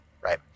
right